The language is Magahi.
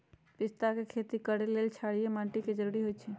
पिस्ता के खेती करय लेल क्षारीय माटी के जरूरी होई छै